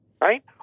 right